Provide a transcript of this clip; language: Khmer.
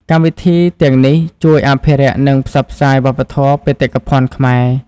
កម្មវិធីទាំងនេះជួយ អភិរក្ស និង ផ្សព្វផ្សាយ វប្បធម៌បេតិកភណ្ឌខ្មែរ។